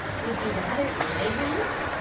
would you rather i went?